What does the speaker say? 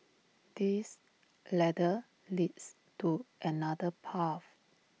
this ladder leads to another path